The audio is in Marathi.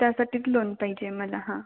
त्यासाठीच लोन पाहिजे मला हां